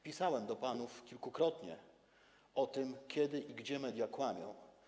Pisałem do panów kilkukrotnie o tym, kiedy i gdzie media kłamią.